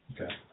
Okay